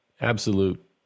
absolute